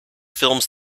films